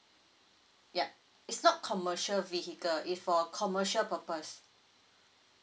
yup it's not commercial vehicle it's for commercial purpose